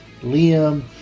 Liam